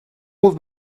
would